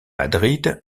madrid